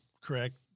correct